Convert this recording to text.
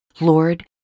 Lord